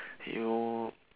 you